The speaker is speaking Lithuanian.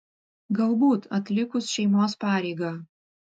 galbūt atlikus šeimos pareigą